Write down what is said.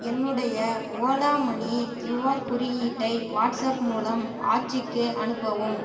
என்னுடைய Ola money QR குறியீட்டை WhatsApp மூலம் ஆச்சிக்கு அனுப்பவும்